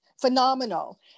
phenomenal